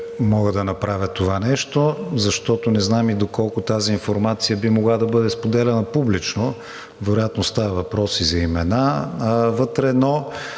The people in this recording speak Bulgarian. мога да направя това нещо, защото не знам доколко тази информация може да бъде споделяна публично, вероятно става въпрос и за имена вътре, но